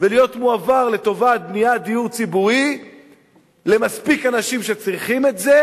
ולהיות מועבר לטובת בניית דיור ציבורי למספיק אנשים שצריכים את זה,